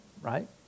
right